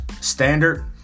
standard